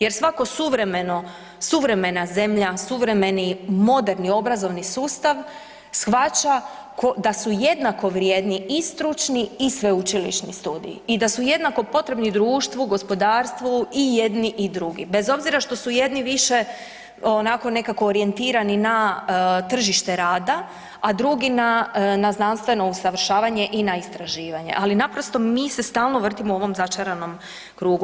Jer svaka suvremena zemlja, suvremeni moderni obrazovni sustav shvaća da su jednako vrijedni i stručni i sveučilišni studiji i da su jednako potrebni društvu, gospodarstvu i jedni i drugi, bez obzira što su jedni više onako nekako orijentirani na tržište rada a drugi na znanstveno usavršavanje i na istraživanje, ali naprosto mi se stalno vrtimo u ovom začaranom krugu.